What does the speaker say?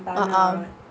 uh uh